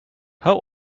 how